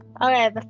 okay